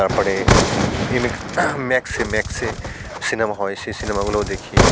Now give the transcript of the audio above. তার পরে M X ম্যাক্সে ম্যাক্সে সিনেমা হয় সেই সিনেমাগুলোও দেখি